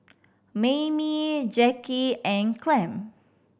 Maymie Jacki and Clem